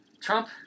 Trump